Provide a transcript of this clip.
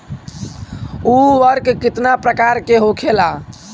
उर्वरक कितना प्रकार के होखेला?